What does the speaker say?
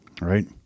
Right